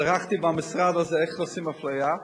צרחתי במשרד הזה איך עושים אפליה,